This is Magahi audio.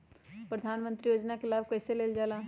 प्रधानमंत्री योजना कि लाभ कइसे लेलजाला?